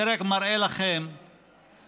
זה רק מראה לכם שהשפה